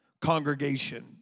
congregation